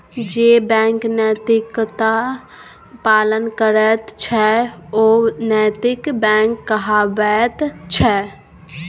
जे बैंक नैतिकताक पालन करैत छै ओ नैतिक बैंक कहाबैत छै